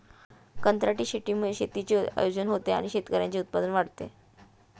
कंत्राटी शेतीमुळे शेतीचे आयोजन होते आणि शेतकऱ्यांचे उत्पन्न वाढते